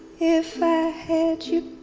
if i had you